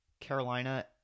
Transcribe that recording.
Carolina